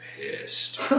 pissed